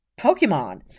Pokemon